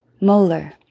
Molar